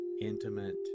intimate